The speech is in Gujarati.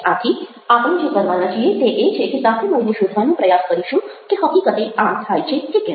આથી આપણે જે કરવાના છીએ તે એ છે કે સાથે મળીને શોધવાનો પ્રયાસ કરીશું કે હકીકતે આમ થાય છે કે કેમ